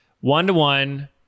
One-to-one